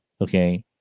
okay